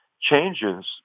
changes